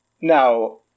Now